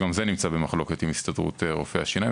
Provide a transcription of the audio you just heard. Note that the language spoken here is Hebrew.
גם זה נמצא במחלוקת עם הסתדרות רופאי השיניים.